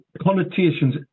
connotations